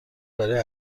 برای